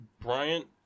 Bryant